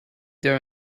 there